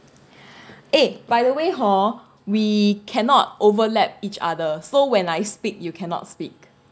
eh by the way hor we cannot overlap each other so when I speak you cannot speak